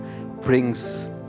brings